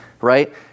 right